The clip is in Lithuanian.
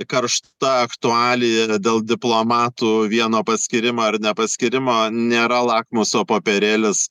karšta aktualija dėl diplomatų vieno paskyrimo ar nepaskyrimo nėra lakmuso popierėlis